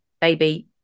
baby